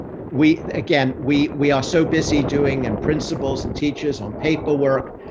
we, again, we, we are so busy doing and principals and teachers on paperwork,